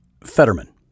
Fetterman